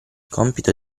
compito